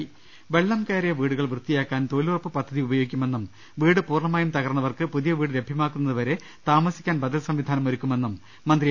ര രാജ്ഞ വെള്ളം കയറിയ വീടുകൾ വൃത്തിയാക്കാൻ തൊഴിലുറപ്പ് പദ്ധതി ഉപ യോഗിക്കുമെന്നും വീട് പൂർണമായും തകർന്നവർക്ക് പുതിയ വീട് ലഭ്യമാ ക്കുന്നതു വരെ താമസിക്കാൻ ബദൽ സംവിധാനം ഒരുക്കുമെന്നും മന്ത്രി എ